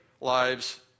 lives